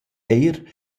eir